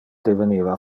deveniva